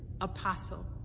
Apostle